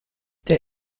der